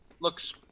Looks